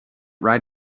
right